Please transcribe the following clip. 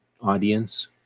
audience